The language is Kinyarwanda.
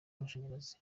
amashanyarazi